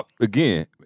again